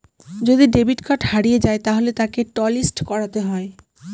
যদি debit card হারিয়ে যায় তাহলে তাকে টলিস্ট করাতে হবে